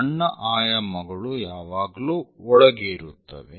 ಸಣ್ಣ ಆಯಾಮಗಳು ಯಾವಾಗಲೂ ಒಳಗೆ ಇರುತ್ತವೆ